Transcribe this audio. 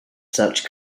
such